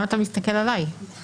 אז כשזה מגיע לסיטואציה של הורשה של